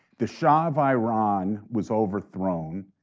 the shah of iran was overthrown,